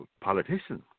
politicians